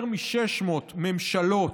יותר מ-600 ממשלות,